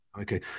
Okay